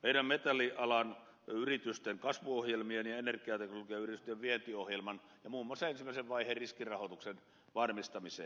meidän metallialan yritysten kasvuohjelmien ja energiateknologiayritysten vientiohjelman ja muun muassa ensimmäisen vaiheen riskirahoituksen varmistamiseen